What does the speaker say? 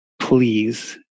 Please